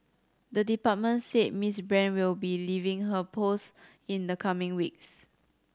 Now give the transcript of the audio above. the department said Miss Brand will be leaving her post in the coming weeks